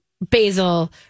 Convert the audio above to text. basil